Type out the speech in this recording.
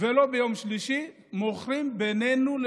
ולא ביום שלישי אלא מוכרים בינינו,